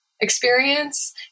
experience